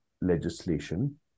legislation